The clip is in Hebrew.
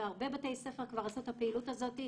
והרבה בתי ספר כבר עשו את הפעילות הזאת.